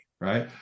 right